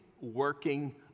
working